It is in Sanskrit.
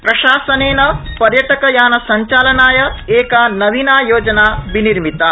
प्रशासनेन पर्यटक यान संचालनाय एका नवीना योजना निर्मिता